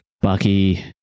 Bucky